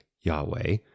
Yahweh